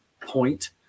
point